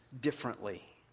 differently